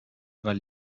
war